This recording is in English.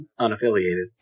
unaffiliated